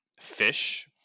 fish